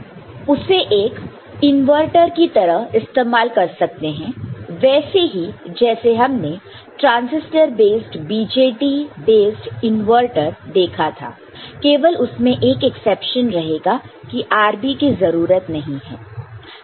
उसे एक इनवर्टर की तरह इस्तेमाल कर सकते हैं वैसे ही जैसे हमने transistor based BJT based inverter देखा था केवल उसमें एक एक्सेप्शन रहेगा की RB की जरूरत नहीं है